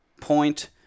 point